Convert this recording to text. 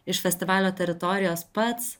iš festivalio teritorijos pats